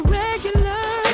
regular